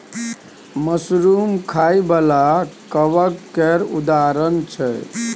mushroom खाइ बला कबक केर उदाहरण छै